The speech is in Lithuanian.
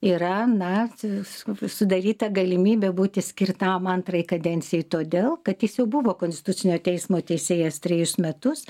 yra na su sudaryta galimybė būti skirtam antrai kadencijai todėl kad jis jau buvo konstitucinio teismo teisėjas trejus metus